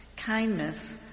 Kindness